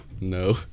no